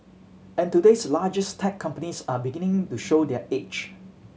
and today's largest tech companies are beginning to show their age